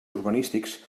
urbanístics